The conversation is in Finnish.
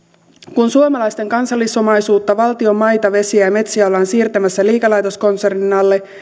kun suomalaisten kansallisomaisuutta valtion maita vesiä ja metsiä ollaan siirtämässä liikelaitoskonsernin alle